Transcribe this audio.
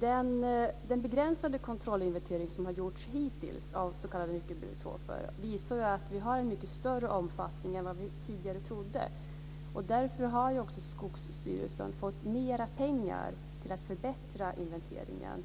Den begränsade kontrollinventering som har gjorts hittills av s.k. nyckelbiotoper visar att de finns i en mycket större omfattning än vad vi tidigare trodde. Därför har också Skogsstyrelsen fått mera pengar för att förbättra inventeringen.